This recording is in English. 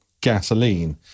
gasoline